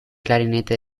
clarinete